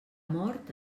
mort